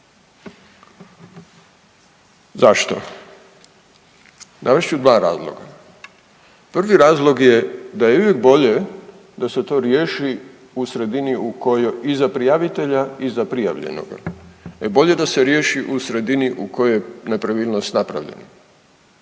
Zašto? Navest ću 2 razloga. Prvi razlog je da je uvijek bolje da se to riješi u sredini u kojoj, i za prijavitelja i za prijavljenoga, e bolje da se riješi u sredini u kojoj je nepravilnost napravljena,